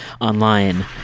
online